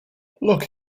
look